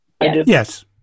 Yes